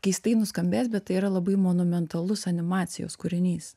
keistai nuskambės bet tai yra labai monumentalus animacijos kūrinys